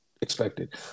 expected